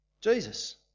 Jesus